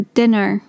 dinner